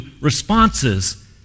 responses